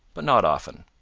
but not often.